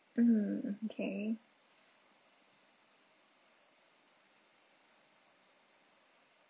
mmhmm hmm okay